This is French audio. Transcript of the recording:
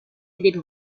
étaient